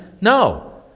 No